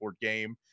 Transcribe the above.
game